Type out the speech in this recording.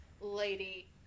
lady